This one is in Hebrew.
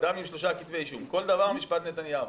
כל דבר משפט נתניהו.